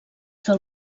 del